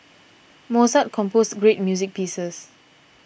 Mozart composed great music pieces